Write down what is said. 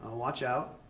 watch out.